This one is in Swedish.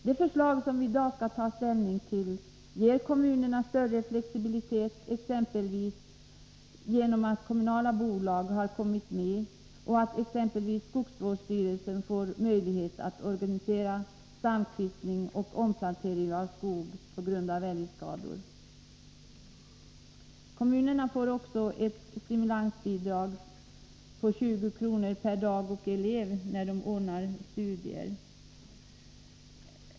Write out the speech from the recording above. Det förslag som vi i dag skall ta ställning till ger kommunerna större flexibilitet, exempelvis genom att kommunala bolag har kommit med och att exempelvis skogsvårdsstyrelsen får möjlighet att organisera stamkvistning och omplantering av skog på grund av älgskador. Kommunerna får också ett stimulansbidrag på 20 kr. per dag och elev när de ordnar med studier.